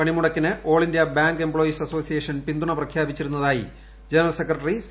പണിമുടക്കിന് all India bank employees association പിന്തുണ പ്രഖ്യാപിച്ചിരുന്നതായി general secretary C